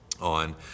on